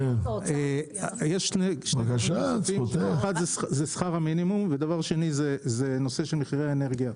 יש את נושא שכר המינימום וגם את מחירי האנרגיה.